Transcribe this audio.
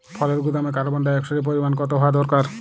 ফলের গুদামে কার্বন ডাই অক্সাইডের পরিমাণ কত হওয়া দরকার?